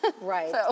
Right